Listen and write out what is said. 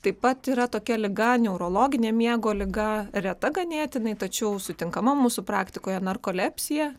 taip pat yra tokia liga neurologinė miego liga reta ganėtinai tačiau sutinkama mūsų praktikoje narkolepsija